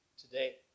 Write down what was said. today